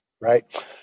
right